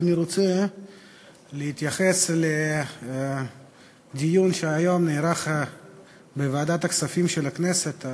אני רוצה להתייחס לדיון שנערך היום בוועדת הכספים של הכנסת.